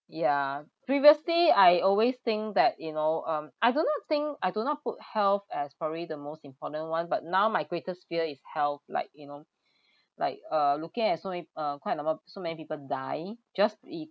ya previously I always think that you know um I do not think I do not put health as probably the most important one but now my greatest fear is health like you know like uh looking at so many uh quite a number so many people die just